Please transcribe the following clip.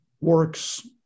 works